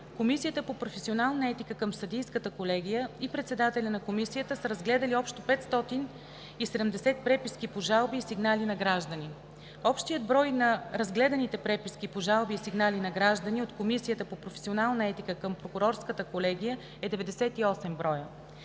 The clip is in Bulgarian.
Комисията по професионална етика към Съдийската колегия и председателят на Комисията са разгледали общо 570 преписки по жалби и сигнали на граждани. Общият брой на разгледаните преписки по жалби и сигнали на граждани от Комисията по професионална етика към Прокурорската колегия е 98 броя.